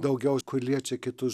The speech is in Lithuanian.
daugiau liečia kitus